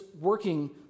working